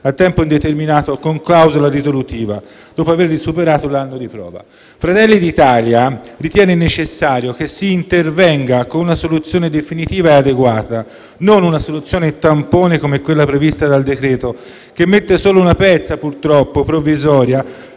a tempo indeterminato con clausola risolutiva, dopo aver superato l'anno di prova. Fratelli d'Italia ritiene necessario che si intervenga con una soluzione definitiva e adeguata, non con una soluzione tampone come quella prevista dal decreto-legge, che purtroppo mette solo una pezza provvisoria,